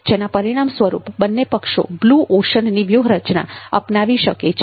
જેના પરિણામ સ્વરૂપ બંને પક્ષો blue ocean બ્લુ ઓશન ની વ્યુહરચના અપનાવી શકે છે